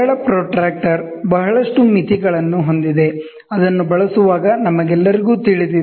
ಸರಳ ಪ್ರೊಟ್ರಾಕ್ಟರ್ ಬಹಳಷ್ಟು ಮಿತಿಗಳನ್ನು ಹೊಂದಿದೆ ಅದನ್ನು ಬಳಸುವಾಗ ನಮಗೆಲ್ಲರಿಗೂ ತಿಳಿದಿದೆ